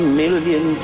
million